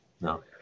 No